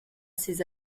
ces